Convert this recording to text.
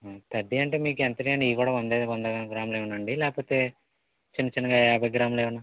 thirty అంటే మీకు ఎంతకని వందగ్రాములు ఇవ్వనా అండి లేకపోతే చిన్న చిన్నగా యాభై గ్రాములు ఇవ్వనా